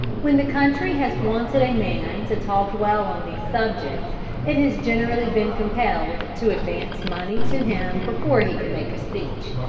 when the country has wanted a man to talk well on these subjects it has generally been compelled to advance money to him before he could make a speech.